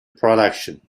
production